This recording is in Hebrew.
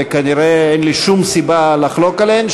ונראה שאין לי שום סיבה לחלוק עליהן,